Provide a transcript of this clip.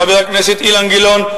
חבר הכנסת אילן גילאון,